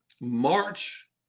March